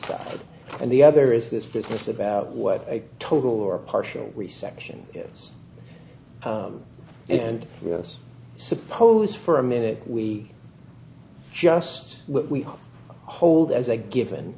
side and the other is this business about what a total or partial resection yes and yes suppose for a minute we just what we hold as a given